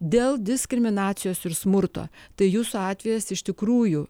dėl diskriminacijos ir smurto tai jūsų atvejis iš tikrųjų